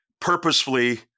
purposefully